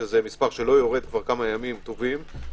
שזה מספר שלא יורד כמה ימים לצערנו.